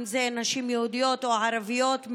נשים יהודיות או ערביות,